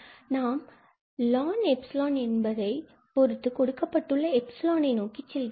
நாம் ln𝜖 என்பதைப் பொறுத்து கொடுக்கப்பட்டுள்ள எப்சிலான் நோக்கி செல்கிறோம்